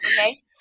Okay